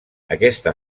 aquesta